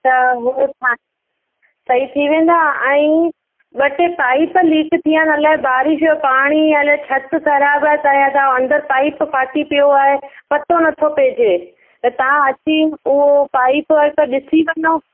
त हू ठा सही थी वेंदा अईं ॿ टे पाइप लीक थी विया आहिनि अलाए बारिश जो पाणी अलाए छत ख़राबु आहे पहिरां त अंदरि पाइप फाटी पियो आहे पतो नथो पएजे त तव्हां अची उहो पाइप वाइप ॾिसी वञो